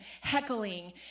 heckling